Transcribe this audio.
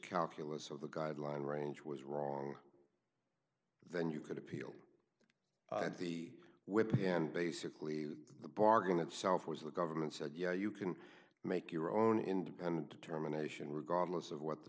calculus or the guideline range was wrong then you could appeal to the whip in basically the bargain itself was the government said yeah you can make your own independent terminations regardless of what the